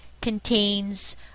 contains